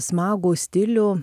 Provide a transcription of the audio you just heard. smagų stilių